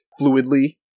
fluidly